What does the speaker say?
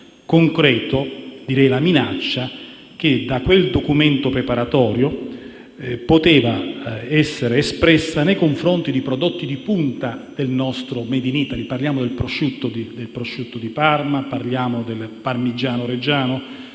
concreto, direi la minaccia, che quel documento preparatorio rappresentava nei confronti di prodotti di punta del nostro *made in Italy* (il prosciutto di Parma, il parmigiano Reggiano,